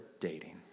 dating